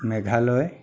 Meghalaya